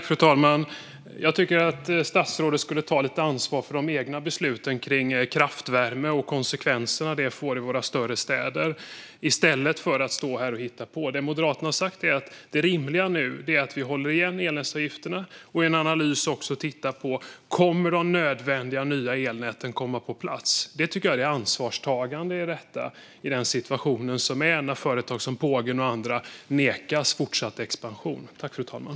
Fru talman! Jag tycker att statsrådet ska ta lite ansvar för de egna besluten om kraftvärme och konsekvenserna det får i våra större städer i stället för att stå här och hitta på. Det Moderaterna har sagt är att det rimliga nu är att vi håller igen elnätsavgifterna och i en analys tittar på om de nödvändiga nya elnäten kommer att komma på plats. Det tycker jag är det ansvarstagande i detta, i den situation som råder när företag som Pågen och andra nekas fortsatt expansion.